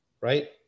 right